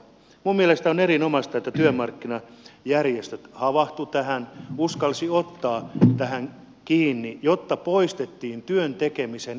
minun mielestäni on erinomaista että työmarkkinajärjestöt havahtuivat tähän uskalsivat ottaa tähän kiinni jotta poistettiin työn tekemisen esteitä